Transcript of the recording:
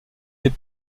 des